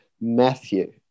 Matthew